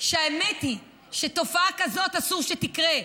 שהאמת היא שתופעה כזאת אסור שתקרה,